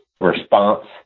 response